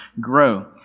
grow